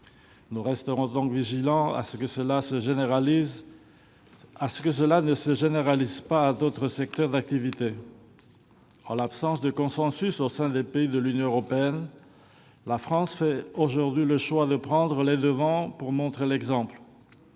Nous resterons donc vigilants à ce que cela ne se généralise pas à d'autres secteurs d'activité. En l'absence de consensus au sein des pays de l'Union européenne, la France fait aujourd'hui le choix de prendre les devants pour montrer l'exemple.